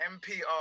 MPR